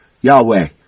Yahweh